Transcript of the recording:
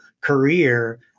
career